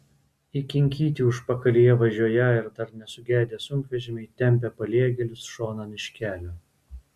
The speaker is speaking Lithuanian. įkinkyti užpakalyje važiuoją ir dar nesugedę sunkvežimiai tempia paliegėlius šonan iš kelio